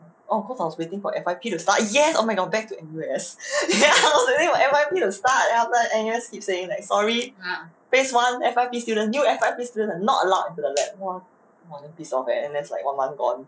oh cause I was waiting for F_Y_P to start yes oh my god back to N_U_S ya I was waiting for my F_Y_P to start ya after that then N_U_S keep saying like sorry phase one F_Y_P student new F_Y_P student not allowed into the lab !wah! damn pissed off eh then it's like one month gone